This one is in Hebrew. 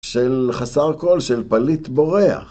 של חסר כל, של פליט בורח.